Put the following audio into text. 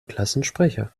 klassensprecher